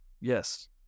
Yes